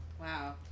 Wow